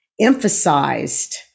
emphasized